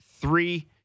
three